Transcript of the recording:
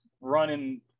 running